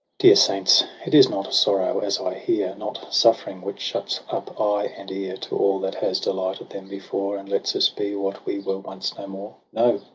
dear saints, it is not sorrow, as i hear. not suffering, which shuts up eye and ear to all that has delighted them before. and lets us be what we were once no more. no,